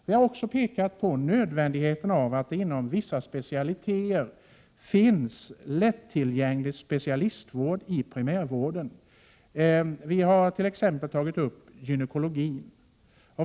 Vi har också visat på nödvändigheten av att det inom vissa specialiteter finns lättillgänglig specialistvård i primärvården. Vi har t.ex. tagit upp gynekologin.